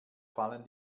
fallen